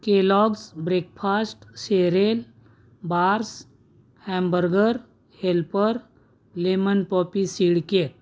Kellogg's breakfast cereal bars hamburger helper lemon poppy seed K